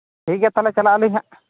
ᱴᱷᱤᱠ ᱜᱮᱭᱟ ᱛᱟᱦᱚᱞᱮ ᱪᱟᱞᱟᱜ ᱟᱹᱞᱤᱧ ᱱᱟᱦᱟᱸᱜ